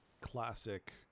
classic